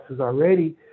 already